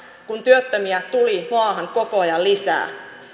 kun työttömiä tuli maahan koko ajan lisää